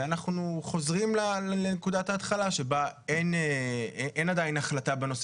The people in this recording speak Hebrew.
ואנחנו חוזרים לנקודת ההתחלה שבה אין עדיין החלטה בנושא